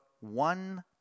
one